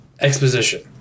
exposition